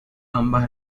ambas